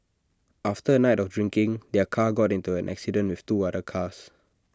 after A night of drinking their car got into an accident with two other cars